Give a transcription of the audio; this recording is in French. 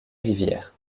rivières